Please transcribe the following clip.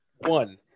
One